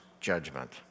judgment